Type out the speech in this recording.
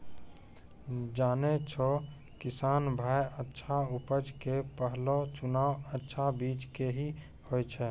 जानै छौ किसान भाय अच्छा उपज के पहलो चुनाव अच्छा बीज के हीं होय छै